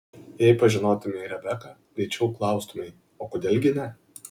jei pažinotumei rebeką greičiau klaustumei o kodėl gi ne